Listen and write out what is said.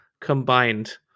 combined